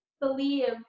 believe